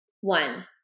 One